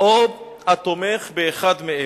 או התומך באחד מאלה".